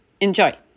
Enjoy